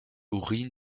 urin